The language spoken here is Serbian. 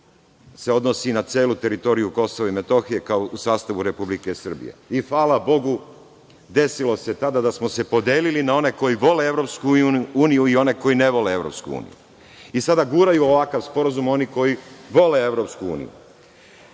to odnosi na celu teritoriju Kosova i Metohije, kao u sastavu Republike Srbije. Hvala Bogu, desilo se tada da smo se podelili na one koji vole Evropsku uniju i one koji ne vole Evropsku uniju. Sada guraju ovakav sporazum oni koji vole Evropsku uniju. Članom